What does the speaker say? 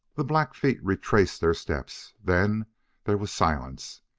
the black feet retraced their steps. then there was silence,